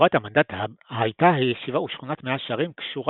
בתקופת המנדט הייתה הישיבה ושכונת מאה שערים קשורה